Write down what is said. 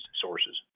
sources